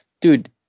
Dude